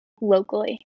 locally